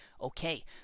Okay